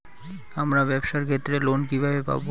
আমার ব্যবসার ক্ষেত্রে লোন কিভাবে পাব?